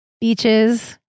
beaches